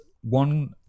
one